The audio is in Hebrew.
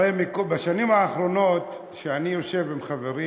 הרי בשנים האחרונות, כשאני יושב עם חברים